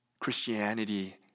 Christianity